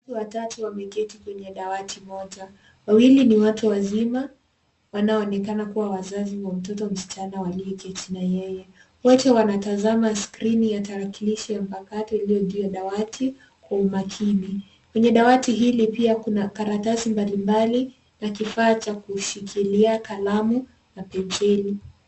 Watu watatu wameketi kwenye dawati moja. Wawili ni watu wazima, wanaoonekana kuwa wazazi wa mtoto msichana waliyeketi na yeye. Wote wanatazama skrini ya tarakilishi ya mpakato iliyo juu ya dawati kwa umakini. Kwenye dawati hili pia kuna karatasi mbali mbali na kifaa cha kushikilia kalamu na penseli.